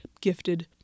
gifted